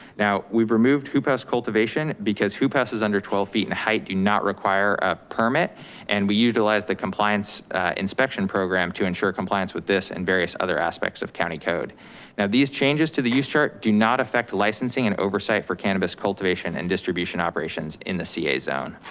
now, we've removed hoop house cultivation because hoop house is under twelve feet in height, do not require a permit and we utilize the compliance inspection program to ensure compliance with this and various other aspects of county code. now these changes to the use chart do not affect licensing and oversight for cannabis cultivation and distribution operations in the ca zone.